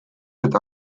eta